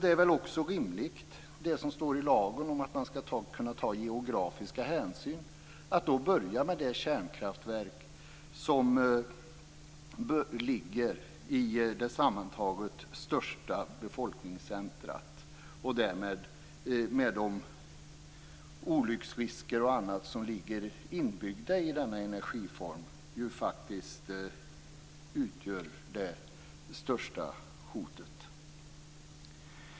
Det är väl också rimligt, med tanke på det som står i lagen om att man skall kunna ta geografiska hänsyn, att börja med det kärnkraftverk som ligger i det sammantaget största befolkningscentrumet och där, med tanke på de olycksrisker och annat som ligger inbyggt i denna energiform, ju faktiskt hotet är som störst.